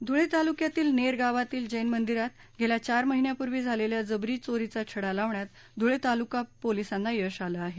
धुळे तालुक्यातील नेर गावातील जैन मंदिरात गेल्या चार महिन्यापूर्वी झालेल्या जबरी चोरीचा छडा लावण्यात धुळे तालुका पोलिसांना यश आले आहे